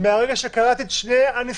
מרגע שקראתי את שני הנוסחים,